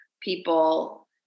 people